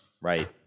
right